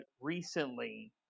recently